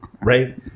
right